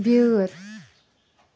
بِیٛٲر